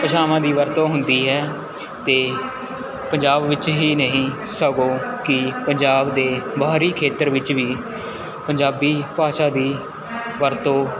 ਭਾਸ਼ਾਵਾਂ ਦੀ ਵਰਤੋਂ ਹੁੰਦੀ ਹੈ ਅਤੇ ਪੰਜਾਬ ਵਿੱਚ ਹੀ ਨਹੀਂ ਸਗੋਂ ਕਿ ਪੰਜਾਬ ਦੇ ਬਾਹਰੀ ਖੇਤਰ ਵਿੱਚ ਵੀ ਪੰਜਾਬੀ ਭਾਸ਼ਾ ਦੀ ਵਰਤੋਂ